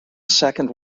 second